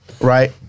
right